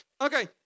okay